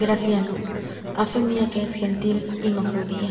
graciano á fe mia que es gentil y no judía